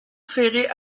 ferré